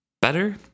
Better